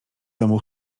domu